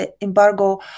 embargo